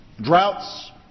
droughts